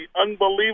unbelievable